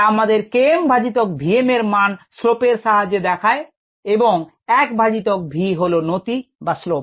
যা আমাদের K m ভাজিতক v m এর মান slope এর সাহায্যে দেখায় এবং 1 ভাজিতক v হল নতি বা slope